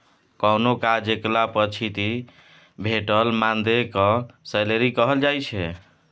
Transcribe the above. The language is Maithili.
कोनो काज कएला पछाति भेटल मानदेय केँ सैलरी कहल जाइ छै